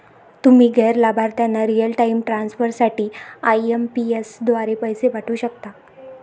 तुम्ही गैर लाभार्थ्यांना रिअल टाइम ट्रान्सफर साठी आई.एम.पी.एस द्वारे पैसे पाठवू शकता